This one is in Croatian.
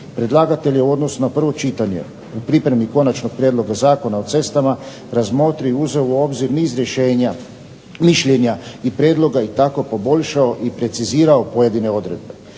Predlagatelj je u odnosu na prvo čitanje u pripremi konačnog prijedloga Zakona o cestama razmotrio i uzeo u obzir niz rješenja, mišljenja i prijedloga i tako poboljšao i precizirao pojedine odredbe.